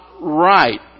right